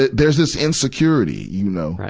there's this insecurity, you know,